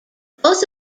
both